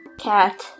Cat